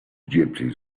gypsies